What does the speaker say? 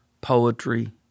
poetry